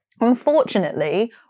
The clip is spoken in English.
unfortunately